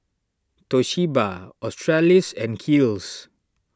Toshiba Australis and Kiehl's